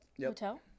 Hotel